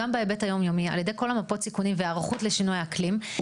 על ידי כל מפות הסיכונים וההיערכות לשינויי האקלים,